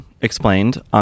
explained